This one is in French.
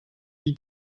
vie